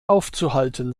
aufzuhalten